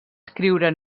escriure